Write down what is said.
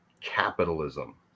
capitalism